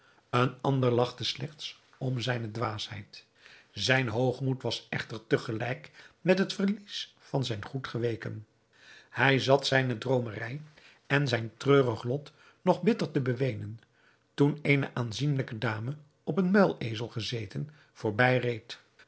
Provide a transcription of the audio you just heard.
een ander lagchte slechts om zijne dwaasheid zijn hoogmoed was echter te gelijk met het verlies van zijn goed geweken hij zat zijne droomerij en zijn treurig lot nog bitter te beweenen toen eene aanzienlijke dame op een muilezel gezeten voorbij reed